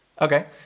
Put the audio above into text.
Okay